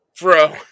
bro